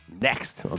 next